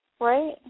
Right